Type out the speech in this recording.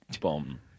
bomb